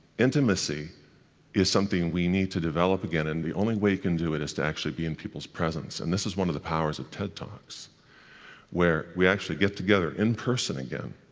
intimacy is something we need to develop again, and the only way you can do it is to actually be in people's presence, and this is one of the powers of ted talks where we actually get together in person again.